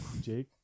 Jake